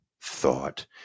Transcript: thought